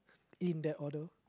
in that order